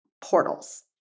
portals